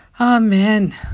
Amen